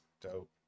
Dope